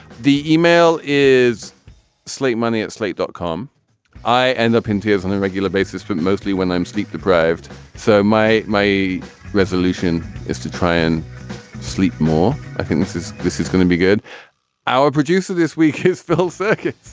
the email is slate money at slate dot com i end up in tears and on a regular basis but mostly when i'm sleep deprived so my my resolution is to try and sleep more. i think this is this is going to be good our producer this week is the whole circuit.